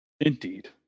indeed